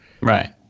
Right